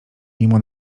mimo